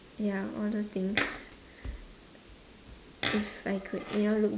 ya all those things if I could you know look